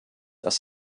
das